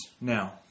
now